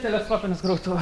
teleskopinis krautuva